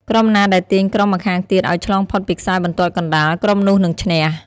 ក្រុមណាដែលទាញក្រុមម្ខាងទៀតឲ្យឆ្លងផុតពីខ្សែបន្ទាត់កណ្ដាល ក្រុមនោះនឹងឈ្នះ។